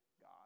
God